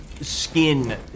Skin